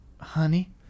Honey